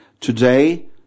today